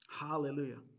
Hallelujah